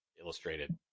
illustrated